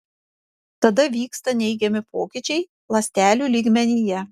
tada vyksta neigiami pokyčiai ląstelių lygmenyje